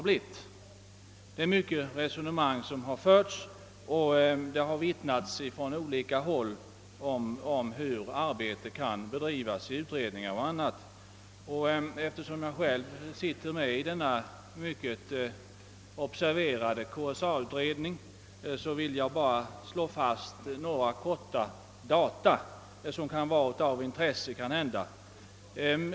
Vittgående resonemang har förts, och från olika håll har vittnats om hur arbetet kan bedrivas i utredningar m.m. Eftersom jag själv sitter med i den mycket observerade KSA-utredningen vill jag slå fast några data, som kanske kan vara av intresse.